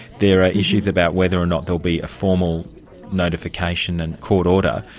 there are issues about whether or not there will be a formal notification and court order.